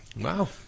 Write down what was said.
Wow